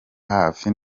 hafi